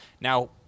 Now